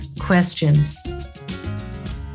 questions